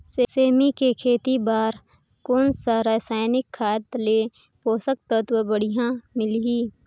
सेमी के खेती बार कोन सा रसायनिक खाद ले पोषक तत्व बढ़िया मिलही?